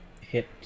hit